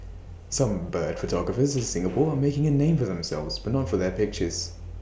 some bird photographers in Singapore are making A name for themselves but not for their pictures